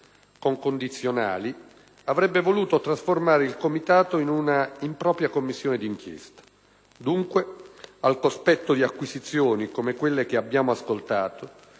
con condizionali, avrebbe voluto trasformare il Comitato in un'impropria Commissione di inchiesta. Dunque, al cospetto di acquisizioni come quelle che abbiamo ascoltato,